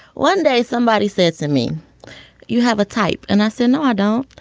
one day somebody said to me you have a type. and i said no i don't.